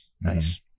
Nice